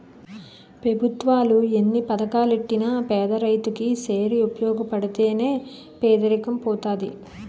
పెభుత్వాలు ఎన్ని పథకాలెట్టినా పేదరైతు కి సేరి ఉపయోగపడితే నే పేదరికం పోతది